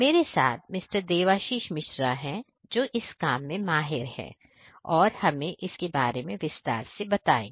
मेरे साथ मिस्टर देवेआशीष मिश्रा है जो इस काम में माहेर रहे है और हमें इसके बारे में विस्तार से बताएंगे